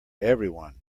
everyone